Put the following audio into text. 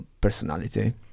personality